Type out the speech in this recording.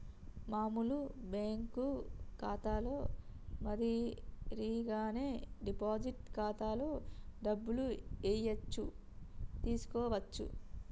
మామూలు బ్యేంకు ఖాతాలో మాదిరిగానే డిపాజిట్ ఖాతాలో డబ్బులు ఏయచ్చు తీసుకోవచ్చు